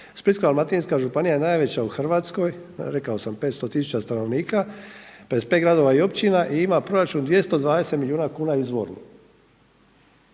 Splitsko-dalmatinska županija je najveća u Hrvatskoj, rekao sam 500 tisuća stanovnika, 55 gradova i općina i ima proračun 220 milijuna kuna izvorno